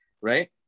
right